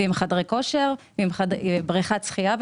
עם חדרי כושר ובריכת השחייה,